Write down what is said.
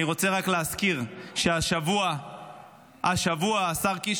אני רוצה רק להזכיר שהשבוע ------ השר קיש,